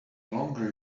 longer